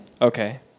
okay